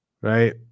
right